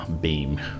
beam